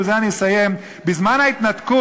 ובזה אני אסיים: בזמן ההתנתקות